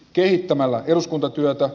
kehittämällä eduskuntatyötä